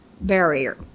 barrier